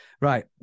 Right